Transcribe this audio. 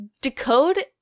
Decode